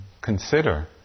consider